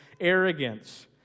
arrogance